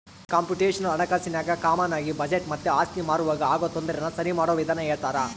computational ಹಣಕಾಸಿನಾಗ ಕಾಮಾನಾಗಿ budget ಮತ್ತೆ ಆಸ್ತಿ ಮಾರುವಾಗ ಆಗೋ ತೊಂದರೆನ ಸರಿಮಾಡೋ ವಿಧಾನ ಹೇಳ್ತರ